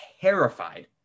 terrified